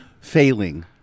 Failing